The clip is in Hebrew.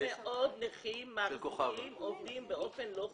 הרבה מאוד נכים מעסיקים עובדים באופן לא חוקי.